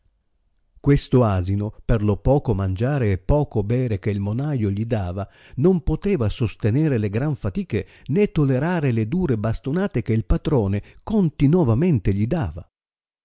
questo asino per lo poco mangiare e poco bere che il monaio gli dava non poteva sostenere le gran fatiche né tolerare le dure bastonate che il patrone continovamente gli dava